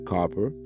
Copper